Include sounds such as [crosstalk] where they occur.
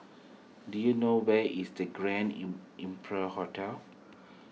do you know where is the Grand [unintelligible] Imperial Hotel